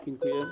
Dziękuję.